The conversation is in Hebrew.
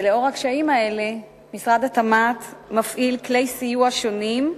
ולאור הקשיים האלה משרד התמ"ת מפעיל כלי סיוע שונים,